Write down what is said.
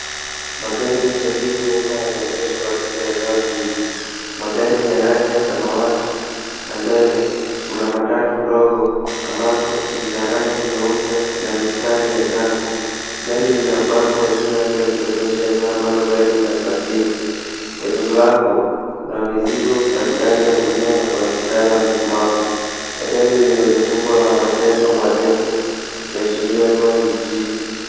Magari ya usafiri wa umma yameegeshwa katika eneo hili. Magari ni ya rangi ya samawati na mbele kuna matatu ndogo ambalo ni la rangi nyeupe na mistari ya njano. Gari lina bango juu yake likionyesha eneo ambalo gari linasafiri. Kwenye mlango kuna mizigo ndani ya gunia na kuna msichana amesimama. Eneo hili limezungukwa na majengo marefu yakiashiria kuwa ni mjini.